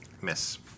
Miss